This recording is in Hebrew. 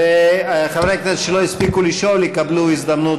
חברי כנסת שלא הספיקו לשאול יקבלו הזדמנות,